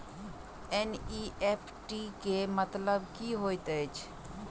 NEFT केँ मतलब की होइत अछि?